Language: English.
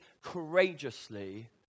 courageously